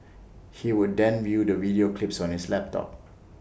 he would then view the video clips on his laptop